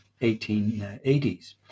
1880s